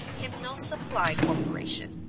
hymnal supply corporation,